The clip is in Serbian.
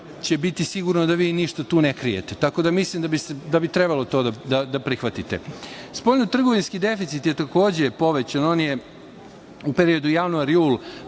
će biti sigurno da vi ništa tu ne krijete. Tako da mislim da bi trebalo to da prihvatite. Spoljnotrgovinski deficit je takođe povećan. On je u periodu januar – jul